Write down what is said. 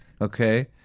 okay